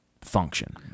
function